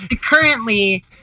Currently